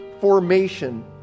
formation